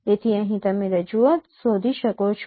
તેથી અહીં તમે રજૂઆત શોધી શકો છો